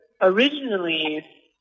originally